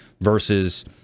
versus